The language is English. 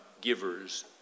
givers